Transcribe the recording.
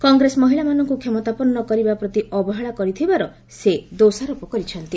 କଂଗ୍ରେସ ମହିଳାମାନଙ୍କ କ୍ଷମତାପନ୍ନ କରିବା ପ୍ରତି ଅବହେଳା କରିଥିବାର ସେ ଦୋଷାରୋପ କରିଛନ୍ତି